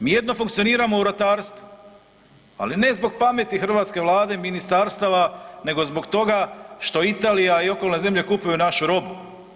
Mi jedino funkcioniramo u ratarstvu, ali ne zbog pameti hrvatske Vlade, ministarstava nego zbog toga što Italija i okolne zemlje kupuju našu robu.